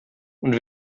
und